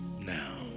now